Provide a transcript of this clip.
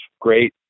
great